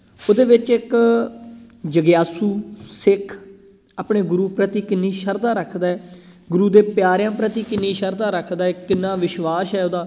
ਉਹਦੇ ਵਿੱਚ ਇੱਕ ਜਗਿਆਸੂ ਸਿੱਖ ਆਪਣੇ ਗੁਰੂ ਪ੍ਰਤੀ ਕਿੰਨੀ ਸ਼ਰਧਾ ਰੱਖਦਾ ਗੁਰੂ ਦੇ ਪਿਆਰਿਆਂ ਪ੍ਰਤੀ ਕਿੰਨੀ ਸ਼ਰਧਾ ਰੱਖਦਾ ਕਿੰਨਾਂ ਵਿਸ਼ਵਾਸ ਹੈ ਉਹਦਾ